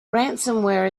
ransomware